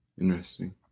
Interesting